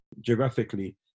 geographically